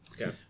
Okay